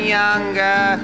younger